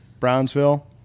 Brownsville